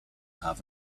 half